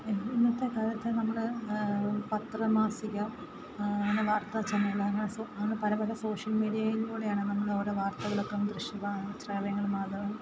E ഇന്നത്തെ കാലത്തു നമ്മൾ പത്രമാസിക വാർത്താ ചാനൽ അങ്ങനെ സൊ അങ്ങനെ പലപല സോഷ്യൽ മീഡിയയിലൂടെയാണ് നമ്മൾ ഓരോ വാർത്തകൾ കാര്യങ്ങൾ മാത്രം